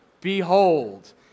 Behold